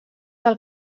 del